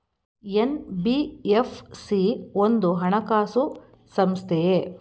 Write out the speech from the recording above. NBFC ಒಂದು ಹಣಕಾಸು ಸಂಸ್ಥೆಯೇ?